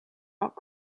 rock